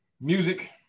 music